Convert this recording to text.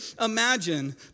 imagine